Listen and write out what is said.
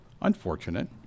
unfortunate